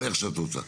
אבל איך שאת רוצה,